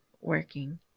working